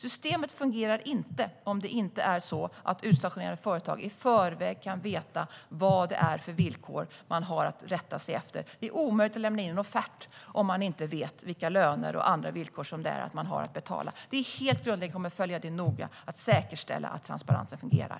Systemet fungerar inte om inte utstationerande företag i förväg kan veta vilka villkor de har att rätta sig efter. Det är omöjligt att lämna in en offert om man inte vet vilka löner och andra villkor som gäller. Detta är helt grundläggande, och vi kommer att följa det noga för att säkerställa att transparensen fungerar.